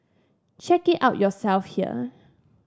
check it out yourself here